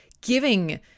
giving